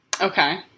Okay